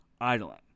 idling